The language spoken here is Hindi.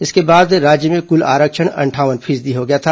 इसके बाद राज्य में कुल आरक्षण अंठावन फीसदी हो गया था